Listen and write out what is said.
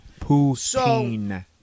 Poutine